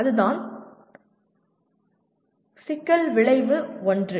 அதுதான் சிக்கல் விளைவு 1